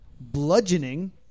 Bludgeoning